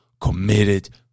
committed